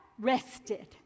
rested